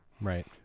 Right